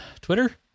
Twitter